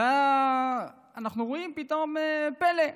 ואנחנו רואים פתאום פלא: